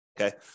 Okay